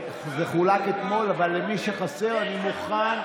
זה חולק אתמול, אבל למי שחסר, אני מוכן,